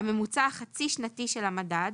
הממוצע השנתי של המדד